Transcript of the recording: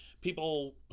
people